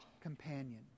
companion